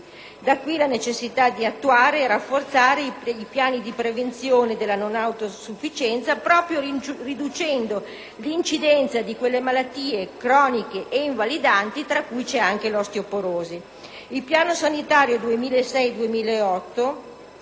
Da qui la necessità di attuare e rafforzare i piani di prevenzione della non autosufficienza, proprio riducendo l'incidenza delle malattie croniche e invalidanti, tra cui l'osteoporosi.